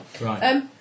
Right